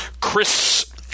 Chris